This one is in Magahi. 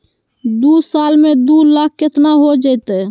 दू साल में दू लाख केतना हो जयते?